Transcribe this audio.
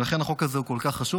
לכן החוק הזה הוא כל כך חשוב.